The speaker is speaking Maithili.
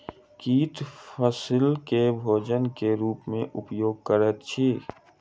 कीट फसील के भोजन के रूप में उपयोग करैत अछि